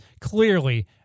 clearly